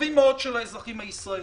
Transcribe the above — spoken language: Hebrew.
חשובים מאוד של האזרחים הישראלים.